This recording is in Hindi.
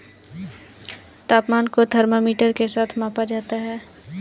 तापमान को थर्मामीटर के साथ मापा जाता है